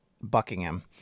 Buckingham